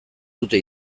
dute